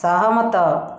ସହମତ